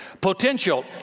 Potential